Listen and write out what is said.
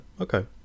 Okay